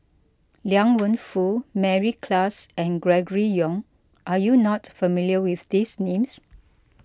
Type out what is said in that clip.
Liang Wenfu Mary Klass and Gregory Yong are you not familiar with these names